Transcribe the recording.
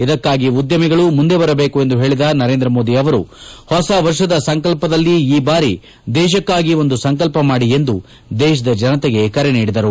ಇದಕ್ಕಾಗಿ ಉದ್ದಮಿಗಳು ಮುಂದೆ ಬರಬೇಕು ಎಂದು ಹೇಳಿದ ನರೇಂದ್ರ ಮೋದಿ ಅವರು ಹೊಸ ವರ್ಷದ ಸಂಕಲ್ಪದಲ್ಲಿ ಈ ಬಾರಿ ದೇಶಕ್ಕಾಗಿ ಒಂದು ಸಂಕಲ್ಪ ಮಾಡಿ ಎಂದು ದೇತದ ಜನತೆಗೆ ಕರೆ ನೀಡಿದರು